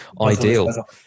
ideal